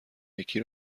یکی